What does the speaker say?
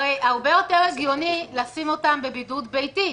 הנושא הראשון שלנו הוא קשיים ביישום התוכנית הכלכלית של האוצר.